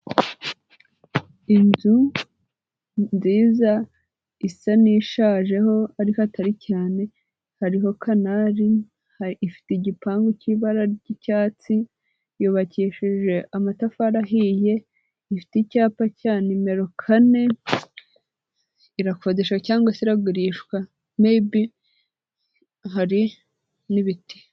Inzu nziza isa n'ishajeho ariko atari cyane, hariho canal, ifite igipangu cy'ibara ry'icyatsi, yubakishije amatafari ahiye, ifite icyapa cya nimero kane, irakodeshwa cyangwa se iragurishwa meyibi hari n'ibiti.